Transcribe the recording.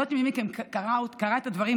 אני לא יודע מי מכם קרא את הדברים.